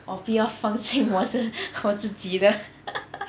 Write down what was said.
我不要放心我的我自己的